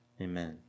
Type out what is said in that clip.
Amen